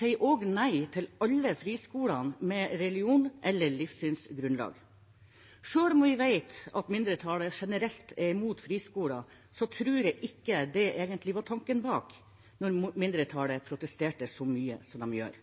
nei også til alle friskoler med religion- eller livssynsgrunnlag. Selv om vi vet at mindretallet generelt er imot friskoler, tror jeg ikke det egentlig var tanken bak, når mindretallet protesterer så mye som de gjør.